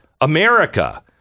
America